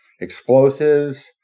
Explosives